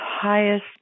highest